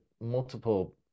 multiple